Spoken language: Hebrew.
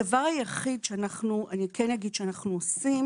אני כן אגיד שאנחנו עושים